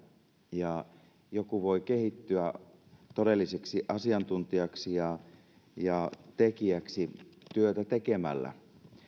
ja joku voi kehittyä todelliseksi asiantuntijaksi ja ja tekijäksi työtä tekemällä